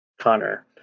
connor